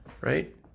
Right